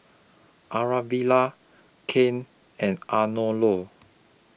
Aravilla Cain and Arnolo